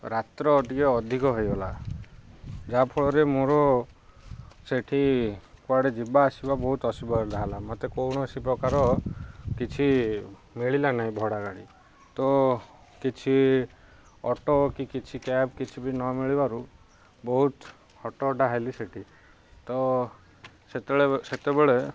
ରାତ୍ର ଟିକେ ଅଧିକ ହେଇଗଲା ଯାହାଫଳରେ ମୋର ସେଠି କୁଆଡ଼େ ଯିବା ଆସିବା ବହୁତ ଅସୁବିଧା ହେଲା ମୋତେ କୌଣସି ପ୍ରକାର କିଛି ମିଳିଲା ନାହିଁ ଭଡ଼ା ଗାଡ଼ି ତ କିଛି ଅଟୋ କି କିଛି କ୍ୟାବ୍ କିଛି ବି ନ ମିଳିବାରୁ ବହୁତ ହଟହଟା ହେଲି ସେଠି ତ ସେତେବେଳେ ସେତେବେଳେ